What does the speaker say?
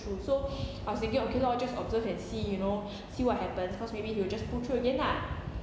through so I was thinking okay lor just observe and see you know see what happens because maybe he will just pull through again ah